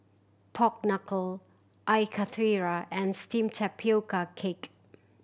pork knuckle Air Karthira and steamed tapioca cake